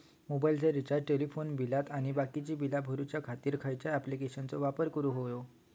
मोबाईलाचा रिचार्ज टेलिफोनाचा बिल आणि बाकीची बिला भरूच्या खातीर खयच्या ॲप्लिकेशनाचो वापर करूक होयो?